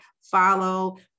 follow